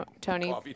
tony